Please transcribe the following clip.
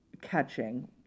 catching